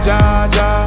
Jaja